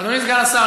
אדוני סגן השר,